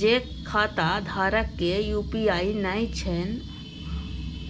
जे खाता धारक के यु.पी.आई नय छैन